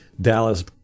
Dallas